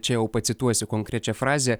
čia jau pacituosiu konkrečią frazę